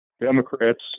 Democrats